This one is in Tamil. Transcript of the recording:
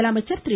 முதலமைச்சர் திரு